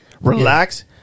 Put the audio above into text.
Relax